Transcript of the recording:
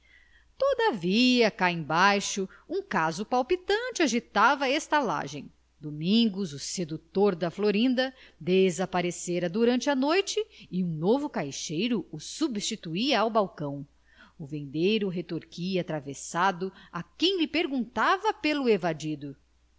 todavia cá embaixo um caso palpitante agitava a estalagem domingos o sedutor da florinda desaparecera durante a noite e um novo caixeiro o substituía ao balcão o vendeiro retorquia atravessado a quem lhe perguntava pelo evadido